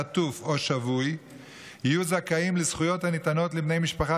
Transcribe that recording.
חטוף או שבוי יהיו זכאים לזכויות הניתנות לבני משפחה